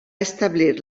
establir